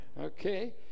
Okay